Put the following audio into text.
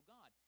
God